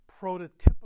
prototypical